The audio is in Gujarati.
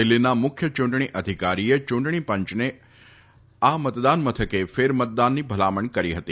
દિલ્હીના મુખ્ય ચૂંટણી અધિકારીએ ચૂંટણી પંચને આ મતદાન મથકે ફેર મતદાનની ભલામણ કરી હતી